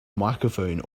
microphone